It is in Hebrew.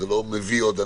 זה לא היה מביא עוד אנשים,